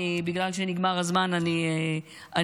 אבל בגלל שנגמר הזמן אני אקצר,